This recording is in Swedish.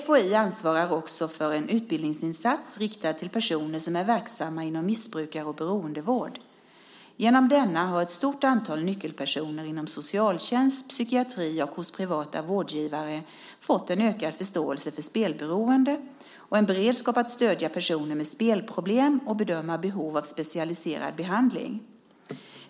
FHI ansvarar också för en utbildningsinsats riktad till personer som är verksamma inom missbrukar och beroendevård. Genom denna har ett stort antal nyckelpersoner inom socialtjänst, psykiatri och hos privata vårdgivare fått en ökad förståelse för spelberoende och en beredskap att stödja personer med spelproblem och bedöma behov av specialiserad behandling.